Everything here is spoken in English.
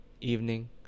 evening